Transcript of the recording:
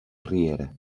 riera